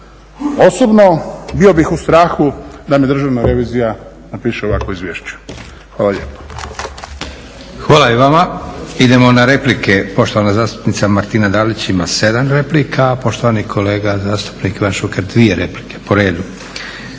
osobno bio bih u strahu da mi Državna revizija napiše ovakvo izvješće. Hvala lijepo. **Leko, Josip (SDP)** Hvala i vama. Idemo na replike. Poštovana zastupnica Martina Dalić ima 7 replika, a poštovani kolega zastupnik Ivan Šuker 2 replike. Po redu,